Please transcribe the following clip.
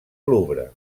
louvre